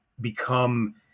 become